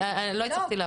אני לא הצלחתי להבין.